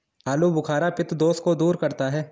आलूबुखारा पित्त दोष को दूर करता है